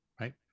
right